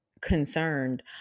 concerned